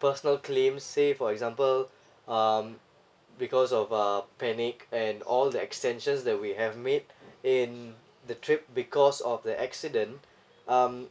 personal claims say for example um because of a panic and all the extensions that we have made in the trip because of the accident um